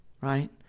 right